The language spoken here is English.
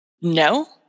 No